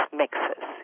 mixes